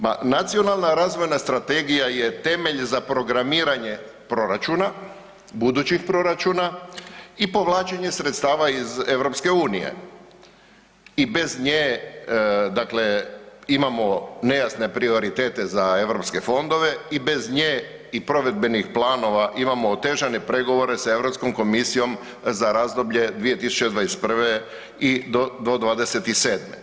Ma Nacionalna razvojna strategija je temelj za programiranje proračuna, budućih proračuna i povlačenje sredstava iz EU i bez nje, dakle imamo nejasne prioritete za europske fondove i bez nje i provedbenih planova imamo otežane pregovore sa Europskom komisijom za razdoblje 2021. do '27.